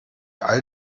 all